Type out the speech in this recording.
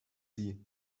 sie